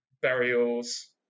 burials